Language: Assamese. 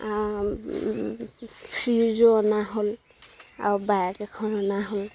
ফ্ৰিজো অনা হ'ল আৰু বাইক এখন অনা হ'ল